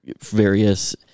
various